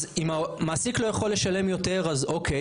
אז אם המעסיק לא יכול לשלם יותר אז אוקיי,